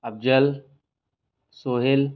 Afzal Sohail